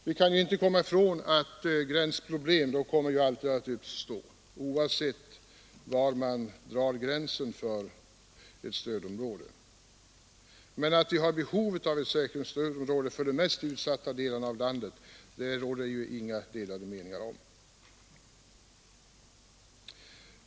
Man kan inte komma ifrån att gränsproblem alltid kommer att uppstå, oavsett var man drar gränsen för ett stödområde. Men att vi har ett behov av stödområden för de mest utsatta delarna av landet råder det inga delade meningar om.